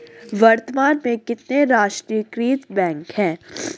वर्तमान में कितने राष्ट्रीयकृत बैंक है?